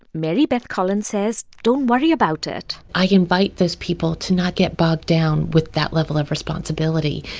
mary beth collins says, don't worry about it i invite those people to not get bogged down with that level of responsibility.